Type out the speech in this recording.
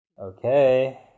Okay